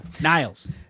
Niles